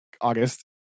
August